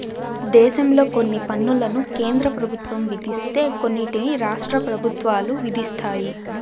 దేశంలో కొన్ని పన్నులను కేంద్ర ప్రభుత్వం విధిస్తే కొన్నిటిని రాష్ట్ర ప్రభుత్వాలు విధిస్తాయి